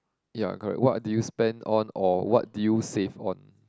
ya correct what do you spend on or what do you save on